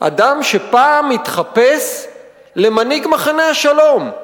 אדם שפעם התחפש למנהיג מחנה השלום.